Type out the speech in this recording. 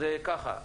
אז ככה,